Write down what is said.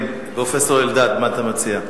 פרופסור אלדד, מה אתה מציע,